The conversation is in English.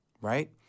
Right